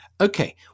okay